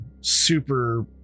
super